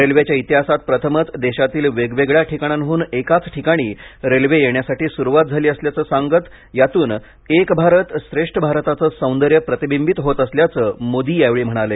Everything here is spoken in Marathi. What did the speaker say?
रेल्वेच्या इतिहासात प्रथमच देशातील वेगवेगळ्या ठिकाणांहून एकाच ठिकाणी रेल्वे येण्यासाठी सुरुवात झाली असल्याचं सांगत यातून एक भारत श्रेष्ठ भारताचं सौंदर्य प्रतिबिंबित होत असल्याचं मोदी यावेळी म्हणाले